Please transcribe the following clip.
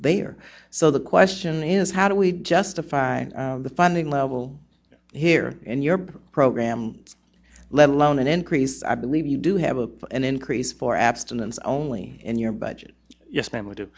are so the question is how do we justify the funding level here in your program let alone an increase i believe you do have a an increase for abstinence only in your budget yes ma'am we do